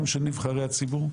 גם של נבחרי הציבור.